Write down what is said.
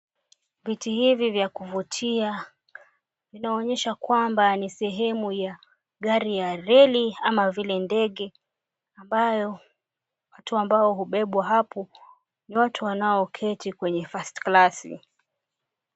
Viti hivi vya kuvutia vinaonyesha kwamba ni sehemu ya gari ya reli ama vile ndege, ambayo watu ambao hubebwa hapo ni watu wanaoketi kwenye First Class .